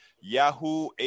Yahoo